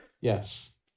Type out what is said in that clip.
Yes